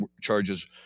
charges